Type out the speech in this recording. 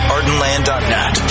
Ardenland.net